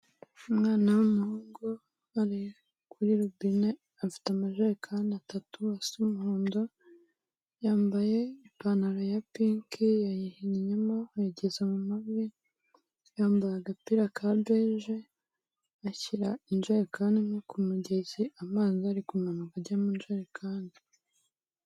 Umwana w'umuhungu ari kuri robine afite amajerekani atatu asa umuhondo, yambaye ipantaro ya pink yayihinnyemo ayigeza mu mavi, yambaye agapira ka beje, ashyira injerekani imwe ku mugezi, amazi ari kumanuka ajya mu njerekani.